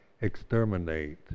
exterminate